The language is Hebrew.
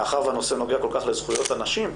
מאחר והנושא נוגע כל כך לזכויות הנשים,